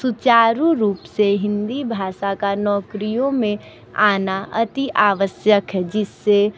सुचारू रूप से हिंदी भाषा का नौकरियों में आना अति आवश्यक है जिस से